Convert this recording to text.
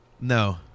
No